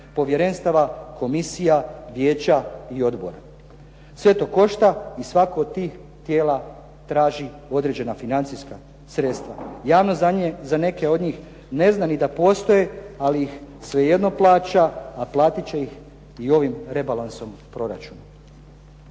povjerenstava, komisija, vijeća i odbora. Sve to košta i svako od tih tijela traži određena financijska sredstva. Javnost za neke od njih ne zna ni da postoje ali ih svejedno plaća a platit će ih i ovim rebalansom proračuna.